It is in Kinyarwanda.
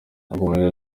yakomeje